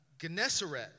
Gennesaret